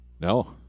No